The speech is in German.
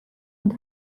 und